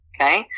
Okay